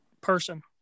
person